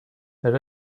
elle